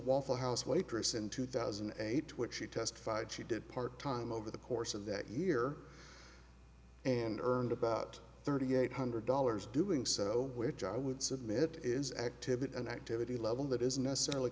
waffle house waitress in two thousand and eight which she testified she did part time over the course of that year and earned about thirty eight hundred dollars doing so which i would submit is active and activity level that is necessarily